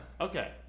Okay